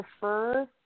prefer